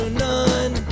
none